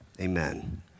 Amen